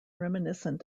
reminiscent